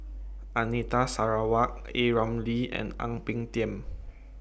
Anita Sarawak A Ramli and Ang Peng Tiam